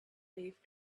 leaf